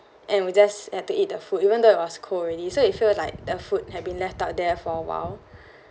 and we just had to eat the food even though it was cold already so it feel like the food have been left out there for awhile